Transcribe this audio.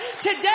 Today